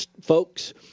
folks